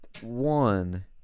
One